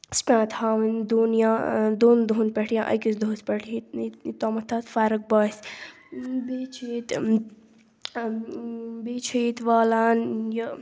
سُہ چھُ پیٚوان تھاوُن دۄن یا دۄن دۄہَن پیٚٹھ یا أکِس دۄہَس پیٚٹھ یہِ یہِ یوٚتامَتھ تَتھ فَرٕق باسہِ بیٚیہِ چھُ ییٚتہِ بیٚیہِ چھُ ییٚتہِ والان یہِ